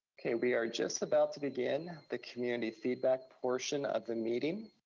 okay, we are just about to begin the community feedback portion of the meeting.